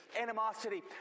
animosity